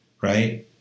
right